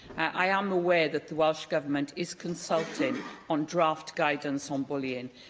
i am aware that the welsh government is consulting on draft guidance on bullying,